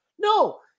no